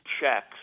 checks